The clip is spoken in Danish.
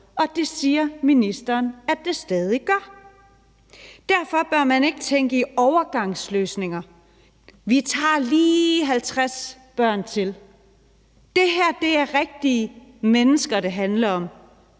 og det siger ministeren at det stadig gør. Derfor bør man ikke tænke i overgangsløsninger, altså at man lige tager 50 børn til, men at det her handler om